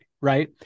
right